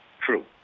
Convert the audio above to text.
true